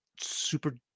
super